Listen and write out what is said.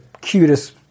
cutest